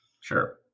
Sure